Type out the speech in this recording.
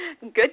Good